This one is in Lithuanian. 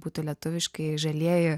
būtų lietuviškai žalieji